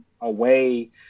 away